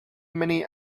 many